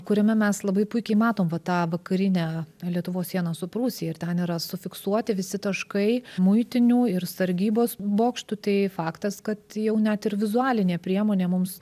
kuriame mes labai puikiai matom vat tą vakarinę lietuvos sieną su prūsija ir ten yra sufiksuoti visi taškai muitinių ir sargybos bokštų tai faktas kad jau net ir vizualinė priemonė mums